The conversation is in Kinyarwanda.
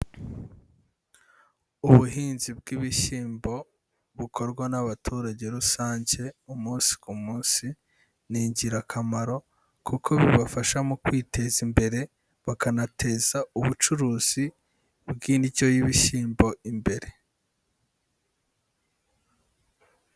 Ubuhinzi bw'ibishyimbo bukorwa n'abaturage rusange umunsi ku munsi ni ingirakamaro kuko bubafasha mu kwiteza imbere, bakanateza ubucuruzi bw'indyo y'ibishyimbo imbere.